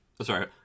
Sorry